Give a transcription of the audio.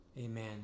Amen